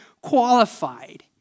qualified